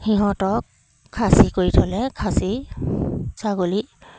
সিহঁতক খাচী কৰি থ'লে খাচী ছাগলী